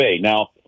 Now